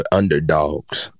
underdogs